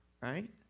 right